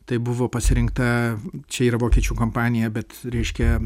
tai buvo pasirinkta čia yra vokiečių kompanija bet reiškia